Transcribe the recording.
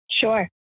Sure